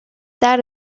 that